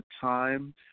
time